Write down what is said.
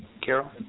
Carol